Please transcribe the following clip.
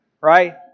right